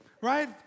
right